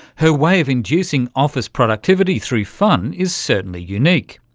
her way of inducing office productivity through fun is certainly unique.